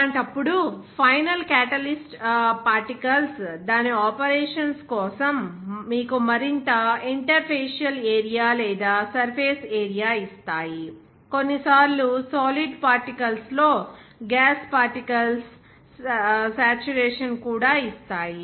అలాంటప్పుడు final catalyst particles దాని operations కోసం మీకు మరింత ఇంటర్ఫేషియల్ ఏరియా లేదా సర్ఫేస్ ఏరియా ఇస్తాయి కొన్నిసార్లు సాలిడ్ పార్టికల్స్ లో గ్యాస్ పార్టికల్స్ సాచ్యురేషన్ కూడా ఇస్తాయి